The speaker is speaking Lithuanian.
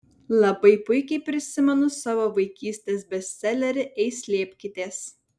labai puikiai prisimenu savo vaikystės bestselerį ei slėpkitės